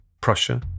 Prussia